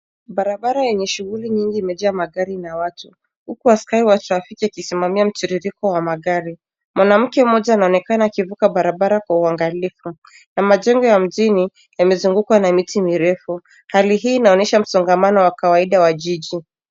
Barabara yenye shughuli nyingi imejaa magari na watu huku askari wa trafiki wakisimamia mtiririko wa magari. Mwanamke mmoja anaonekana akivuka barabara kwa uangalifu na majengo ya mjini yamezungukwa na miti mirefu. Hali hiiii inaonyesha msongamano wa kawaida wa jiji.